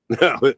No